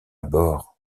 bord